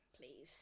please